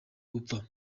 gupfa